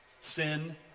sin